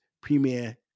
premier